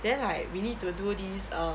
then like we need to do this err